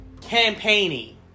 Campaigning